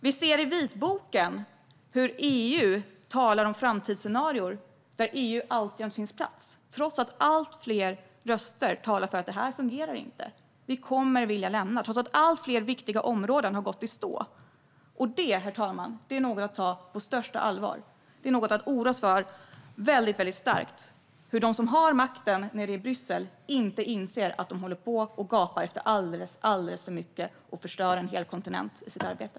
Vi ser i vitboken hur EU talar om framtidsscenarier där EU alltjämt har en plats, trots att allt fler röster talar om att det inte fungerar och att de kommer att vilja lämna unionen. Allt fler viktiga områden har gått i stå, och detta, herr talman, är något att ta på största allvar och starkt oroa sig över. De som har makten nere i Bryssel inser inte att de gapar efter alldeles för mycket och att de förstör en hel kontinent i sitt arbete.